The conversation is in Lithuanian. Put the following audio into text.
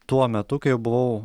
tuo metu kai buvau